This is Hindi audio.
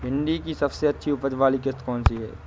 भिंडी की सबसे अच्छी उपज वाली किश्त कौन सी है?